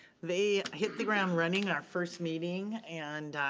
they hit the ground running our first meeting and